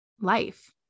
life